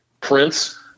Prince